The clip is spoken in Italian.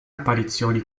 apparizioni